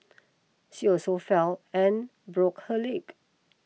she also fell and broke her leg